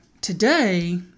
today